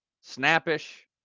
snappish